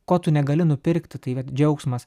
ko tu negali nupirkti tai vat džiaugsmas